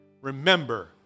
Remember